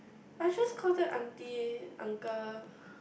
I just call them aunty uncle